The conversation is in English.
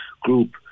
group